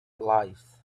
lives